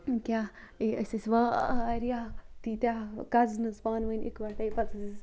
کیاہ أسۍ ٲسۍ واریاہ تیٖتیاہ کَزٕنٕز پانوٕنۍ اِکوٹَے پَتہٕ ٲسۍ أسۍ